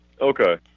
Okay